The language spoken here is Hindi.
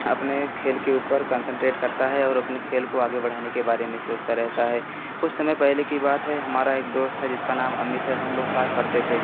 अपने खेल के ऊपर कंसंट्रेट करता है और अपने खेल को आगे बढ़ाने के बारे में सोचता रहता है कुछ समय पहले की बात है हमारा एक दोस्त था जिसका नाम अमित है हम लोग साथ पढ़ते थे